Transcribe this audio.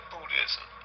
Buddhism